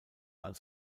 als